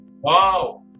wow